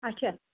اَچھا